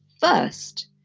first